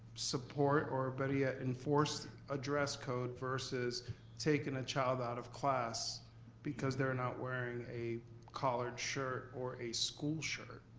support or better yet enforce a dress code versus taking a child out of class because they're not wearing a collared shirt or a school shirt.